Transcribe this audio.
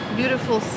beautiful